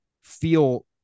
feel